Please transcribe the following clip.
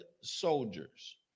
soldiers